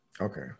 Okay